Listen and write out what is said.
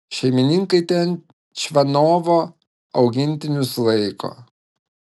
šeimininkai ten čvanovo augintinius laiko